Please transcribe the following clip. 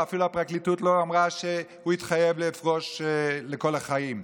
אפילו הפרקליטות לא אמרה שהוא התחייב לפרוש לכל החיים.